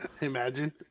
Imagine